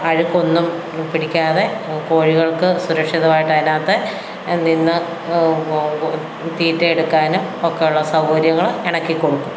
അഴുക്കൊന്നും പിടിക്കാതെ കോഴികൾക്ക് സുരക്ഷിതമായിട്ടതിനകത്തു നിന്ന് തീറ്റെയെടുക്കാനും ഒക്കെ ഉള്ള സൗകര്യങ്ങൾ ഇണക്കി കൊടുക്കും